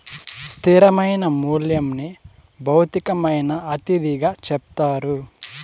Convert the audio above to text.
స్థిరమైన మూల్యంని భౌతికమైన అతిథిగా చెప్తారు